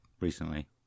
recently